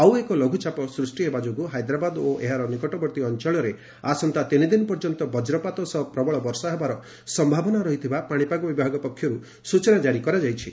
ଆଉ ଏକ ଲଘୁଚାପ ସୃଷ୍ଟି ହେବା ଯୋଗୁଁ ହାଇଦ୍ରାବାଦ ଓ ଏହାର ନିକଟବର୍ତୀ ଅଚଳରେ ଆସନ୍ତା ତିନିଦିନ ପର୍ଯ୍ୟନ୍ତ ବକ୍ରପାତ ସହ ପ୍ରବଳ ବର୍ଷା ହେବାର ସମ୍ଭାବନା ରହିଥିବା ପାଣିପାଗ ବିଭାଗ ସତର୍କ ସୂଚନା ଜାରି କରିଛି